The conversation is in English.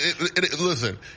Listen